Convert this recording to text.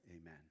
amen